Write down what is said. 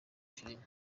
filimi